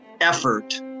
effort